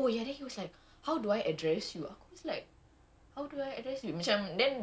oh ya then he was like how do I address you ah aku was like how do I address you macam then